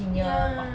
ya